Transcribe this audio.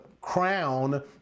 crown